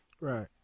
Right